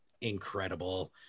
incredible